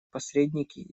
посредники